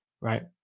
right